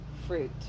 fruit